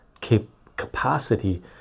capacity